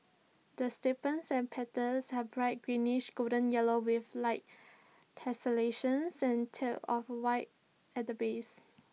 the sepals and petals are bright greenish golden yellow with light tessellations and tinge of white at the base